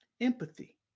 Empathy